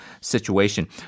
situation